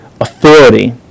authority